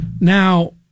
now